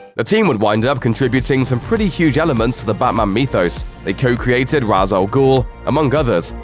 that team would wind up contributing some pretty huge elements to the batman mythos they co-created ra's al-ghul, among others,